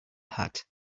hat